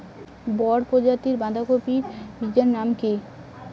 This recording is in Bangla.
বড় প্রজাতীর বাঁধাকপির বীজের নাম কি?